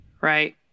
Right